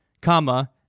comma